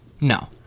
No